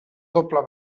doble